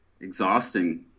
exhausting